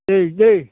दे दे